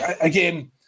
again